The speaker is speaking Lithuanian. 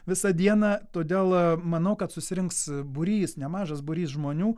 visą dieną todėl manau kad susirinks būrys nemažas būrys žmonių